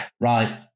right